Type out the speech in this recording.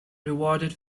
rewarded